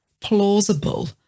plausible